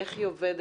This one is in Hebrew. איך היא עובדת